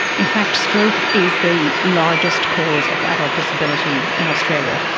in fact stroke is the largest cause of adult disability in australia,